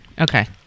Okay